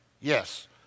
Yes